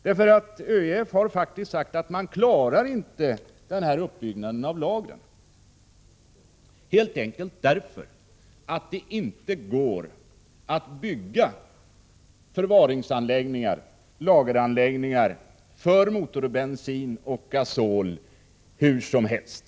ÖEF har faktiskt sagt att man inte klarar den här uppbyggnaden av lagren helt enkelt därför att det inte går att bygga förvaringsanläggningar— lageranläggningar — för motorbensin och gasol hur som helst.